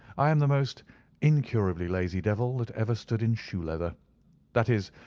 i am the most incurably lazy devil that ever stood in shoe leather that is,